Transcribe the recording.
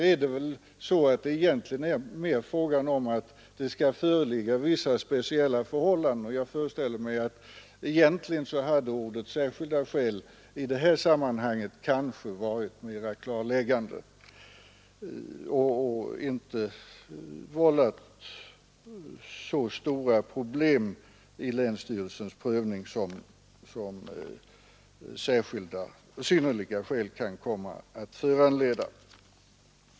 Egentligen är det väl här mer fråga om att det skall föreligga vissa speciella förhållanden, och jag föreställer mig att uttrycket ”särskilda skäl” i detta sammanhang kanske hade varit mer klarläggande och inte vållat så stora problem vid länsstyrelsens prövning som ”synnerliga skäl” kan komma att föranleda.